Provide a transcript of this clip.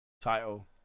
title